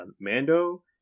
Mando